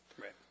Right